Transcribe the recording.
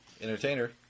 Entertainer